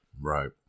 right